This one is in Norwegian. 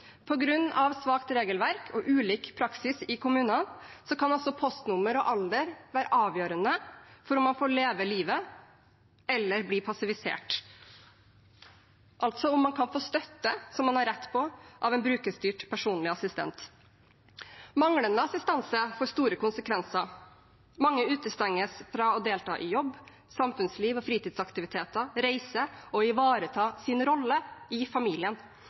svakt regelverk og ulik praksis i kommunene, kan postnummer og alder være avgjørende for om man får leve livet eller bli passivisert, altså om man kan få støtte, som man har rett på, av en brukerstyrt personlig assistent. Manglende assistanse får store konsekvenser. Mange utestenges fra å delta i jobb, samfunnsliv og fritidsaktiviteter, å reise og å ivareta sin rolle i familien.